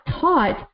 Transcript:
taught